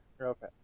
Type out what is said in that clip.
Okay